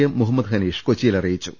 M Muhammad Hanish Kochi യിൽ അറിയിച്ചു